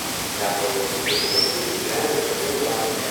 teko lankytis kašubių žemėj apie gdanską